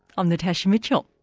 i'm natasha mitchell.